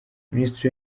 minisitiri